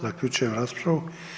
Zaključujem raspravu.